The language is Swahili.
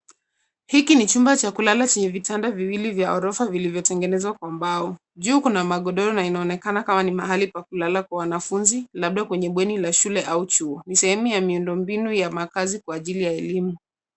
Hiki ni chumba cha kulala chenye vitanda viwili vya ghorofa vilivyotengenezwa kwa mbao, juu kuna magodoro na inaonekana kama ni mahali pa kulala pa wanafunzi, labda kwenye bweni la shule au chuo. Ni sehemu ya miundo mbinu ya makaazi kwa ajili ya elimu.